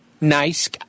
Nice